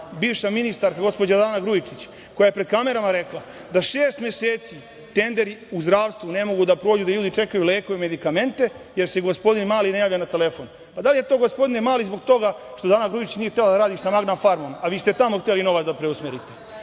bivša ministarka, gospođa Dana Grujičić koja je pred kamerama rekla – da šest meseci tenderi u zdravstvu ne mogu da prođu, da ljudi čekaju lekove i medikamente, jer se gospodin Mali ne javlja na telefon. Da li je to gospodine Mali zbog toga što Dana Grujičić nije htela da radi „Magna farmom“, a vi ste tamo hteli novac da preusmerite.